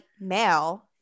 male